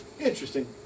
Interesting